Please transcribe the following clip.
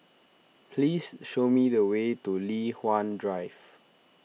please show me the way to Li Hwan Drive